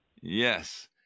Yes